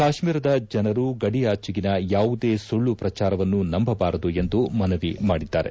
ಕಾಶ್ಮೀರದ ಜನರು ಗಡಿಯಾಜೆಗಿನ ಯಾವುದೇ ಸುಳ್ಳು ಪ್ರಜಾರವನ್ನು ನಂಬಬಾರದು ಎಂದು ಮನವಿ ಮಾಡಿದ್ದಾರೆ